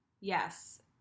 Yes